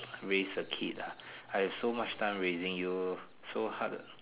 raise a kid ah I had so much time raising you so hard